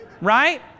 Right